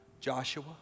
Joshua